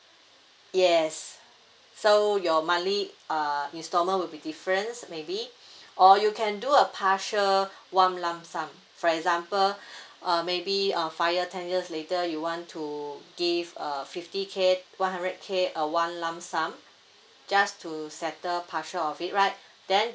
yes so your monthly uh installment will be difference maybe or you can do a partial one lump sum for example uh maybe a five ten years later you want to give a fifty K one hundred K uh one lump sum just to settle partial of it right then